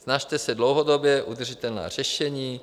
Snažte se o dlouhodobě udržitelná řešení.